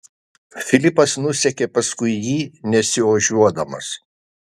filipas nusekė paskui jį nesiožiuodamas